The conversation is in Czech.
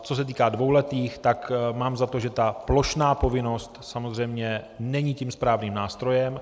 Co se týká dvouletých, tak mám za to, že ta plošná povinnost samozřejmě není tím správným nástrojem.